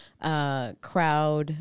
crowd